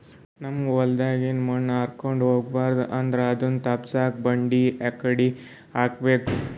ನಮ್ ಹೊಲದಾಗಿನ ಮಣ್ ಹಾರ್ಕೊಂಡು ಹೋಗಬಾರದು ಅಂದ್ರ ಅದನ್ನ ತಪ್ಪುಸಕ್ಕ ಬಂಡಿ ಯಾಕಡಿ ಹಾಕಬೇಕು?